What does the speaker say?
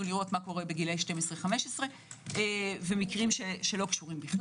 לראות מה קורה בגילאי 12 עד 15 ומקרים שלא קשורים.